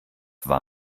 war